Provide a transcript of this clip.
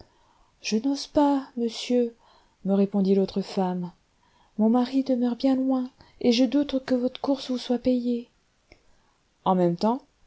je n'ose pas monsieur me répondit l'autre femme mon mari demeure bien loin et je doute que votre course vous soit payée en même temps